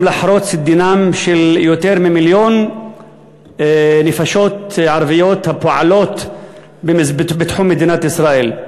לחרוץ דינן של יותר ממיליון נפשות ערביות הפועלות בתחום מדינת ישראל.